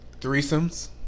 Threesomes